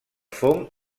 fong